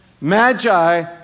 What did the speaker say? magi